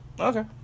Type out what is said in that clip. Okay